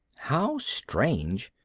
how strange.